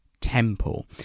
Temple